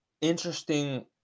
interesting